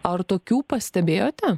ar tokių pastebėjote